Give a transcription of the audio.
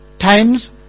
times